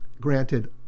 granted